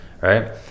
Right